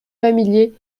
familiers